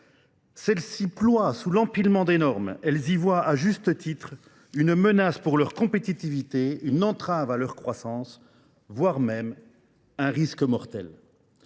Celles-ci ploient sous l'empilement des normes, elles y voient à juste titre une menace pour leur compétitivité, une entrave à leur croissance, voire même un risque mortel.